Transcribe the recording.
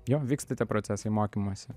jo vyksta tie procesai mokymosi